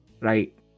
Right